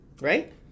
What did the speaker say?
right